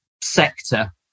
sector